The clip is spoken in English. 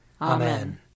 Amen